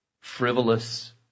frivolous